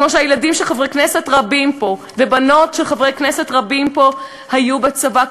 כמו שהילדים של חברי כנסת רבים פה ובנות של חברי כנסת רבים פה היו בצבא.